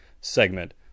segment